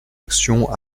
action